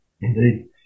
indeed